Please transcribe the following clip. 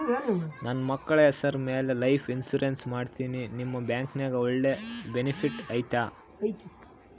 ನನ್ನ ಮಕ್ಕಳ ಹೆಸರ ಮ್ಯಾಲೆ ಲೈಫ್ ಇನ್ಸೂರೆನ್ಸ್ ಮಾಡತೇನಿ ನಿಮ್ಮ ಬ್ಯಾಂಕಿನ್ಯಾಗ ಒಳ್ಳೆ ಬೆನಿಫಿಟ್ ಐತಾ?